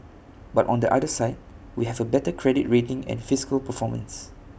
but on the other side we have A better credit rating and fiscal performance